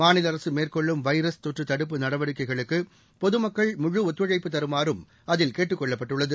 மாநில அரசு மேற்கொள்ளும் வைரஸ் தொற்று தடுப்பு நடவடிக்கைகளுக்கு பொதமக்கள் முழுஒத்துழைப்பு தருமாறும் அதில் கேட்டுக் கொள்ளப்பட்டுள்ளது